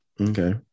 okay